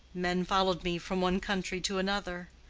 men followed me from one country to another.